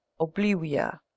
oblivia